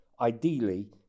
ideally